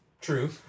True